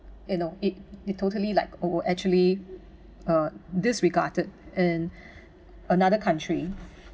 you know it it totally like oh actually uh disregarded and another country